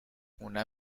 una